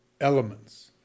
elements